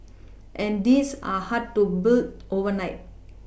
and these are hard to boo overnight